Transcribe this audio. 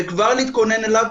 וכבר להתכונן אליו,